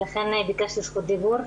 לכן ביקשתי רשות דיבור.